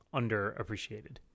underappreciated